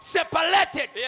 Separated